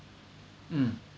mm